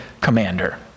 commander